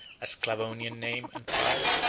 a sclavonian name and tribe,